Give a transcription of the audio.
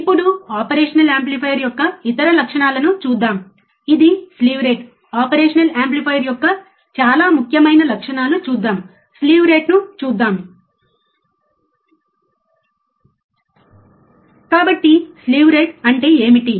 ఇప్పుడు operational amplifier యొక్క ఇతర లక్షణాలను చూద్దాం ఇది స్లీవ్ రేటు ఆపరేషనల్ యాంప్లిఫైయర్ యొక్క చాలా ముఖ్యమైన లక్షణాలు చూద్దాం స్లీవ్ రేటును చూద్దాం కాబట్టి స్లీవ్ రేటు అంటే ఏమిటి